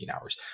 hours